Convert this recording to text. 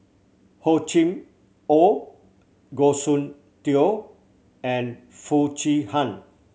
Hor Chim Or Goh Soon Tioe and Foo Chee Han